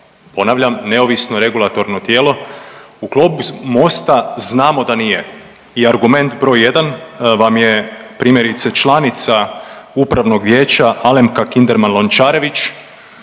Ponavljam, neovisno regulatorno tijelo. U Klubu Mosta znamo da nije i argument br. 1 vam je primjerice, članica Upravnog vijeća Alemka Kinderman Lončarević